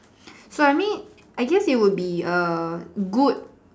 so I mean I guess it would be a good